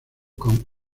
con